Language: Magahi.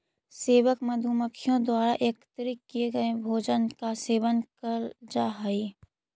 सेवक मधुमक्खियों द्वारा एकत्रित किए गए भोजन का सेवन करल जा हई